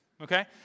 okay